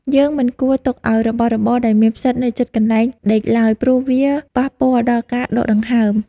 យើងមិនគួរទុកឱ្យរបស់របរដែលមានផ្សិតនៅជិតកន្លែងដេកឡើយព្រោះវាប៉ះពាល់ដល់ការដកដង្ហើម។